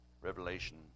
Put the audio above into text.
Revelation